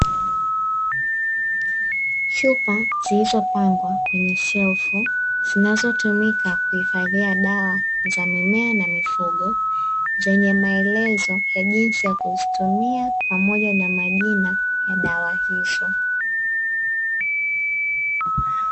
Chupa zilizopangwa kwenye shelfu zinazotumika kuhifadhia dawa za mimea na mifugo zenye maelezo ya jinsi ya kuzitumia pamoja na majina ya dawa hizo.